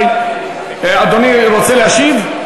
אדוני רוצה להשיב?